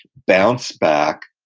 bounced back,